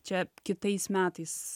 čia kitais metais